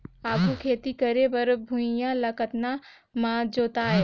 आघु खेती करे बर भुइयां ल कतना म जोतेयं?